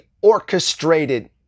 orchestrated